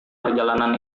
perjalanan